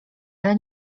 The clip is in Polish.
ale